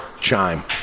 chime